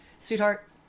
sweetheart